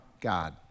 God